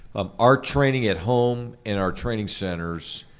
um our training at home in our training centers,